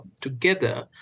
together